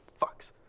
fucks